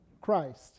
Christ